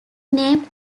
named